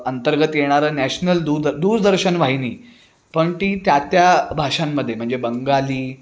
अंतर्गत येणारं नॅशनल दू दूरदर्शन वाहिनी पण ती त्या भाषांमध्ये म्हणजे बंगाली